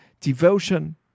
devotion